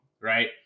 right